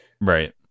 Right